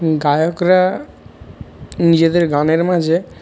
গায়করা নিজেদের গানের মাঝে